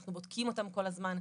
אנחנו בודקים אותן כל הזמן.